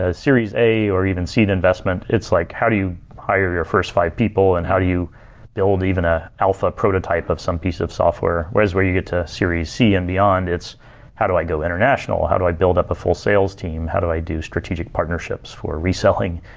ah series a, or even seed investment, it's like how do you hire your first five people and how you build even a alpha prototype of some piece of software. whereas, where you get to series c and beyond, it's how do i go international? how do i build up a full sales team? how do i do strategic partnerships for reselling?